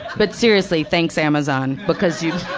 but seriously thanks, amazon, because